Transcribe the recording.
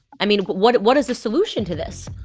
i mean, what what is the solution to this?